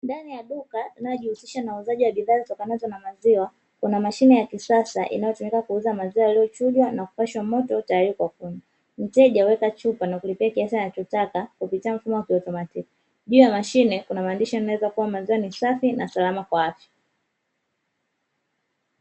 Ndani ya duka linalojihusisha na uuzaji bidhaa zitokanazo na maziwa kuna mashine ya kisasa inayotumika kuuza maziwa yaliyochujwa na kupashwa moto tayari kwa kunywa. Mteja huweka chupa na kulipia kiasi anachotaka kupitia mfumo wa kiautomatiki, juu ya mashine kuna maandishi yanayoeleza kuwa maziwa ni safi na salama kwa afya.